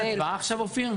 הצבעה עכשיו, אופיר?